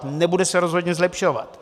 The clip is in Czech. Nebude se rozhodně zlepšovat.